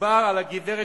מדובר על גברת